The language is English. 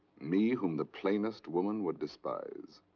me, whom the plainest woman would despise.